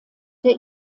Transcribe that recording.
der